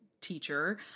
teacher